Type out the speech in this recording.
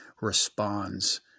responds